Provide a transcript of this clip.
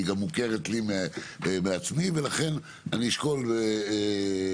היא גם מוכרת לי מעצמי ולכן אני אשקול בחיוב,